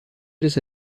eres